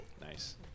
Nice